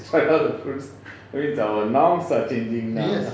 yes